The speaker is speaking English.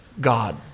God